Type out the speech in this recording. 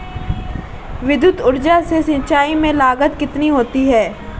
विद्युत ऊर्जा से सिंचाई में लागत कितनी होती है?